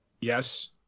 yes